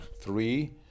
Three